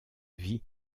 vie